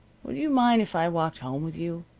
would you mind if i walked home with you?